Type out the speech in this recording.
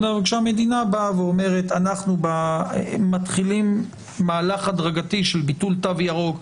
וכשהמדינה באה ואומרת: אנחנו מתחילים מהלך הדרגתי של ביטול תו ירוק,